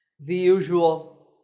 the usual.